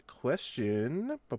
Question